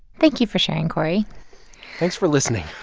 thank you for sharing, cory thanks for listening.